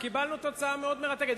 וקיבלנו תוצאה מאוד מרתקת.